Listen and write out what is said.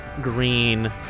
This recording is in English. Green